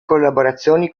collaborazioni